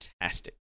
fantastic